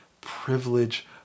privilege